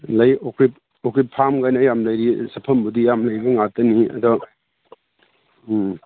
ꯂꯩ ꯑꯣꯔꯀꯤꯠ ꯐꯥꯝ ꯀꯥꯏꯅ ꯌꯥꯝ ꯂꯩꯔꯤ ꯆꯠꯐꯝꯕꯨꯗꯤ ꯌꯥꯝ ꯂꯩꯕ ꯉꯥꯛꯇꯅꯤ ꯑꯗꯣ ꯎꯝ